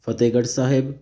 Fatehgarh Sahib